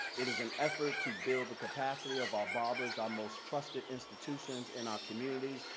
it is an effort to build the capacity of our barbers, our most trusted institutions in our communities,